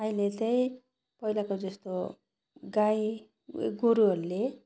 अहिले त पहिलाको जस्तो गाई उयो गोरूहरुले